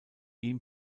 ihm